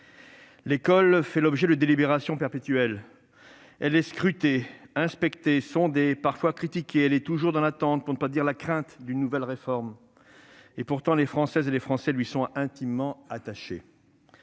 L'école fait l'objet de délibérations perpétuelles. Elle est scrutée, inspectée, sondée, parfois critiquée. Elle est toujours dans l'attente, pour ne pas dire la crainte, d'une nouvelle réforme. Et pourtant, les Françaises et les Français lui sont intimement attachés.